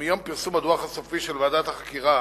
מיום פרסום הדוח הסופי של ועדת החקירה